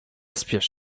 spiesz